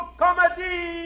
comedy